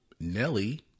Nelly